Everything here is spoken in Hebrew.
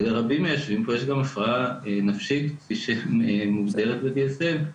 ולרבים מהיושבים פה יש גם הפרעה נפשית שמוגדרת על ידי ה-DSM,